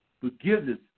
forgiveness